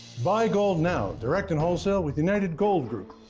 buy gold now direct and wholesale with united gold group.